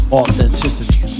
authenticity